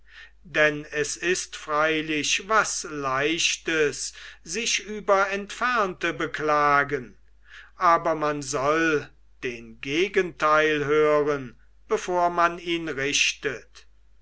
denn es ist freilich was leichtes sich über entfernte beklagen aber man soll den gegenteil hören bevor man ihn richtet